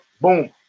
boom